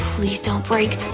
please don't break,